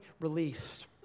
released